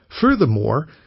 Furthermore